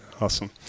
Awesome